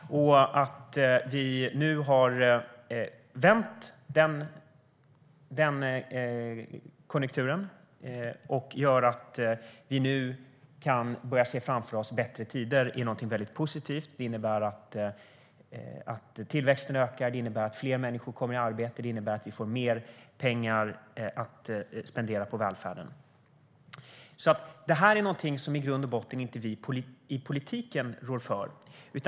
Att vi nu har vänt den konjunkturen gör att vi kan börja se bättre tider framför oss. Det är någonting väldigt positivt. Det innebär att tillväxten ökar. Det innebär att fler människor kommer i arbete. Det innebär att vi får mer pengar att spendera på välfärden. Det här är alltså i grund och botten inte någonting som vi i politiken rår för.